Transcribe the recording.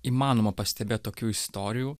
įmanoma pastebėt tokių istorijų